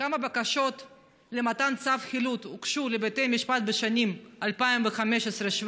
בקשות למתן צו חילוט הוגשו לבתי משפט בשנים 2015 2017?